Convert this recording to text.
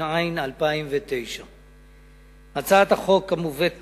התש"ע 2009. הצעת החוק המובאת לפניכם,